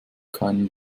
keinen